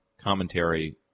commentary